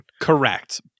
Correct